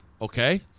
Okay